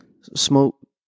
Smoke